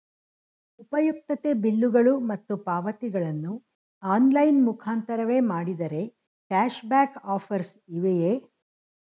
ಉಪಯುಕ್ತತೆ ಬಿಲ್ಲುಗಳು ಮತ್ತು ಪಾವತಿಗಳನ್ನು ಆನ್ಲೈನ್ ಮುಖಾಂತರವೇ ಮಾಡಿದರೆ ಕ್ಯಾಶ್ ಬ್ಯಾಕ್ ಆಫರ್ಸ್ ಇವೆಯೇ?